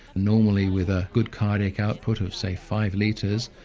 normally with a good cardiac output of say five litres,